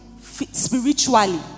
spiritually